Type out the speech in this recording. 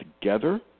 together